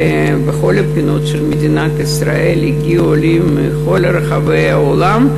ולכל הפינות של מדינת ישראל הגיעו עולים מכל רחבי העולם.